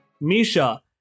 Misha